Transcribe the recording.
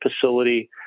facility